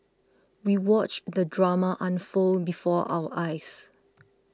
we watched the drama unfold before our eyes